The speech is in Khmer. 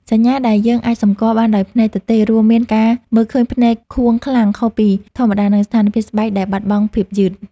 សញ្ញាដែលយើងអាចសម្គាល់បានដោយភ្នែកទទេ រួមមានការមើលឃើញភ្នែកខួងខ្លាំងខុសពីធម្មតា និងស្ថានភាពស្បែកដែលបាត់បង់ភាពយឺត។